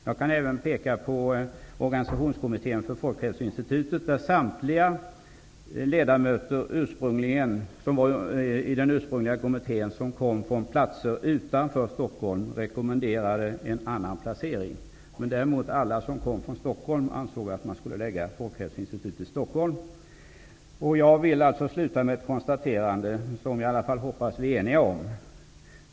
Jag kan även peka på Organisationskommittén för Folkhälsoinstitutet, där samtliga ledamöter i den ursprungliga kommittén som kom från platser utanför Stockholm rekommenderade en annan placering, medan alla som kom från Stockholm ansåg att man skulle lägga Folkhälsoinstitutet i Jag vill avsluta med ett konstaterande som jag hoppas vi är eniga om.